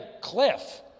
cliff